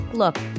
look